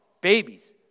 babies